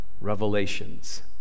Revelations